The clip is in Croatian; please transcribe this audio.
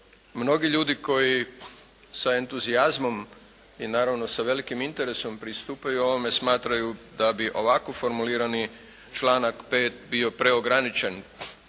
Mnogi ljudi koji sa entuzijazmom i naravno velikim interesom pristupaju ovome smatraju da bi ovako formulirani članak 5. bio preograničen